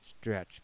stretch